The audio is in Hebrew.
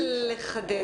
רק לחדד.